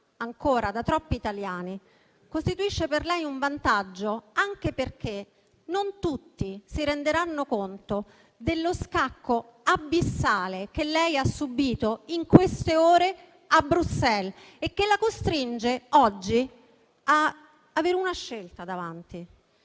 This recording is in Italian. ancora da troppi italiani costituisce per lei un vantaggio, anche perché non tutti si renderanno conto dello scacco abissale che lei ha subito in queste ore a Bruxelles e che la costringe oggi ad avere una scelta davanti: